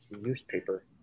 newspaper